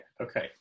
Okay